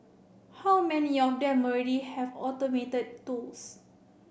how many of them already have automated tools